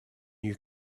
you